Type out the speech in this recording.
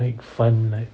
make fund like